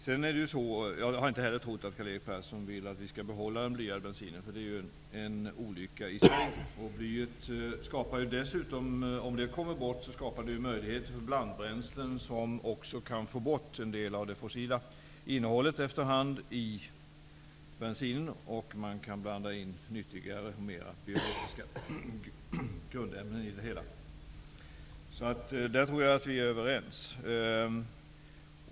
Jag har heller inte trott att Karl-Erik Persson vill att vi skall behålla den blyade bensinen. Den är ju en olycka i sig. Om den kommer bort skapar det möjligheter för blandbränslen. Man kan efterhand få bort en del av det fossila innehållet i bensinen, och man kan blanda i nyttigare och mer biologiska grundämnen i det hela. Där tror jag att vi är överens.